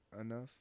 enough